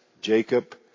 Jacob